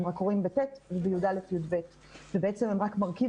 הם רק קורים ב-ט' וב-י"א-י"ב ובעצם הם רק מרכיב